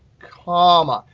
comma.